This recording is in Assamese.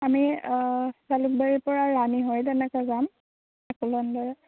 আমি জালুকবাৰী পৰা ৰাণী হৈ তেনেকৈ যাম